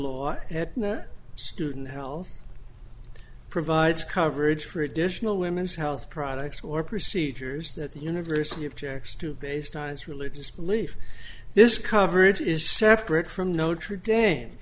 law student health provides coverage for additional women's health products or procedures that the university of checks to based on its religious belief this coverage is separate from notre dame